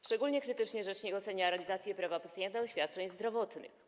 Szczególnie krytycznie rzecznik ocenia realizację prawa pacjenta do świadczeń zdrowotnych.